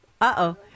Uh-oh